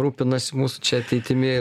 rūpinasi mūsų čia ateitimi